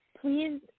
please